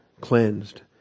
cleansed